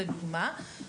לדוגמא,